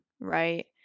right